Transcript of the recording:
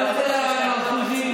אני יודע על אחוזים,